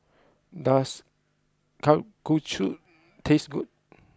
does Kalguksu taste good